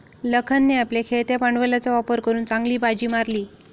लखनने आपल्या खेळत्या भांडवलाचा वापर करून चांगली बाजी मारली